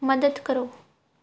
ਮਦਦ ਕਰੋ